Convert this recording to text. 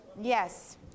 Yes